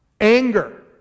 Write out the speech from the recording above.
anger